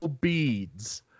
beads